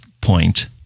point